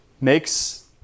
makes